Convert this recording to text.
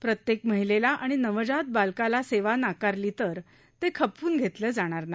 प्रत्येक महिलेला आणि नवजात बालकाला सेवा नकारली तर ते खपवून घेतले जाणार नाही